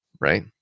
right